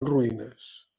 ruïnes